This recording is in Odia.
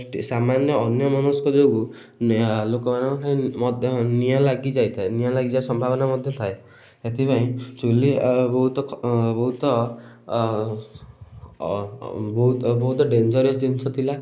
ସାମାନ୍ୟ ଅନ୍ୟମନସ୍କ ଯୋଗୁଁ ଲୋକମାନଙ୍କ ପାଇଁ ମଧ୍ୟ ନିଆଁ ଲାଗିଯାଇଥାଏ ନିଆଁ ଲାଗିବା ସମ୍ଭାବନା ମଧ୍ୟ ଥାଏ ଏଥିପାଇଁ ଚୁଲି ଆଉ ବହୁତ ବହୁତ ବହୁତ ଡେଞ୍ଜରିଅସ୍ ଜିନିଷ ଥିଲା